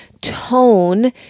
tone